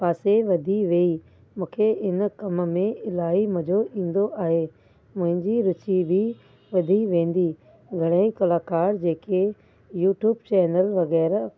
पासे वधी वई मूंखे इन कम में इलाही मज़ो ईंदो आहे मुंहिंजी रुचि बि वधी वेंदी घणेई कलाकार जेकी यूट्यूब चैनल वग़ैरह